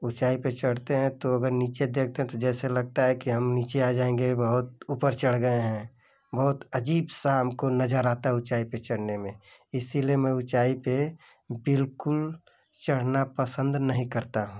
ऊँचाई पर चढ़ते हैं तो अगर नीचे देखते हैं तो जैसे लगता है कि हम नीचे आ जाएंगे बहुत ऊपर चढ़ गए हैं बहुत अजीब सा हमको नजर आता है ऊँचाई पर चढ़ने में इसलिए मैं ऊँचाई पर बिल्कुल चढ़ना पसंद नहीं करता हूँ